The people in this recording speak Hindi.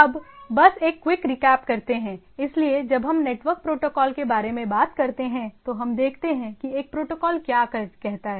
अब बस एक क्विक रीकैप करते हैं इसलिए जब हम नेटवर्क प्रोटोकॉल के बारे में बात करते हैं तो हम देखते हैं कि एक प्रोटोकॉल क्या कहता है